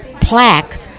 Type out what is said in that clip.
plaque